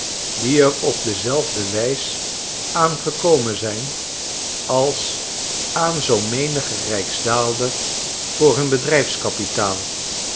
die er op dezelfde wijs aan gekomen zijn als aan zoo menigen rijksdaalder voor hun bedrijfskapitaal